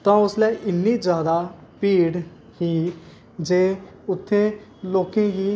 ते उसलै इन्नी जादा भीड़ बी जे उत्थें लोकें गी